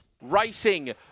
Racing